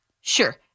Sure